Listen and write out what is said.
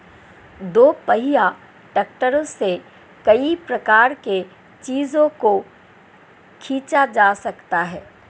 दोपहिया ट्रैक्टरों से कई प्रकार के चीजों को खींचा जा सकता है